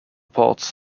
parts